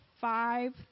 five